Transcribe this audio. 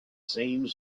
same